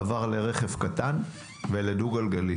מעבר לרכב קטן ולדו גלגלי.